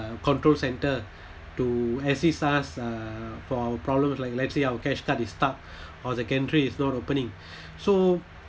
uh control centre to assist us uh for our problem like let's say our cash card is stuck or the gantry is not opening so